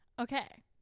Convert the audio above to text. Okay